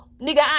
nigga